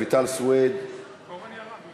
רויטל סוֵיד סוִיד.